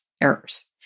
errors